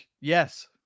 Yes